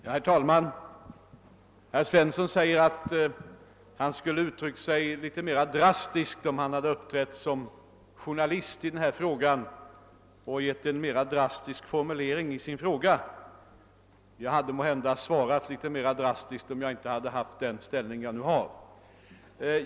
Herr talman! Herr Svensson i Eskilstuna säger att han skulle ha uttryckt sig lite mera drastiskt om han hade uppträtt som journalist i denna fråga. Också jag hade måhända svarat en smula mera drastiskt, om jag hade haft en annan ställning än den jag nu har.